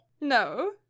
No